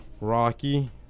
Rocky